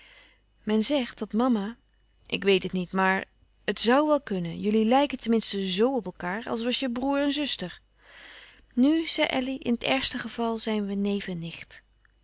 men zegt dat mama ik weet het niet maar het zoû wel kunnen jullie lijken ten minste zo op elkaâr als was je broêr en zuster nu zei elly in het ergste geval zijn we neef en nicht